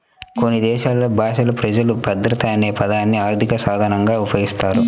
కొన్ని దేశాలు భాషలలో ప్రజలు భద్రత అనే పదాన్ని ఆర్థిక సాధనంగా ఉపయోగిస్తారు